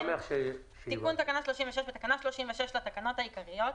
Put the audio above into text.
תיקון תקנה 36 בתקנה 36 לתקנות העיקריות,